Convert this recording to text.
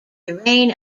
terrain